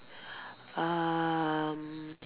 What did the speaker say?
um